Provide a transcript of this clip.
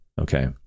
Okay